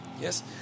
Yes